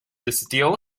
still